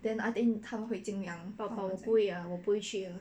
then I think 他们会尽量